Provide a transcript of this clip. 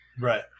Right